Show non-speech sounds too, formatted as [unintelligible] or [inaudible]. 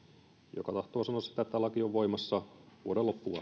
joka tahtoo sanoa sitä että laki on voimassa vuoden loppuun [unintelligible]